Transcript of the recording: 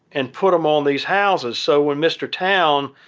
and put them on these houses, so when mr. town,